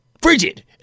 frigid